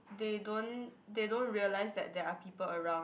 they don't they don't realize that there are people around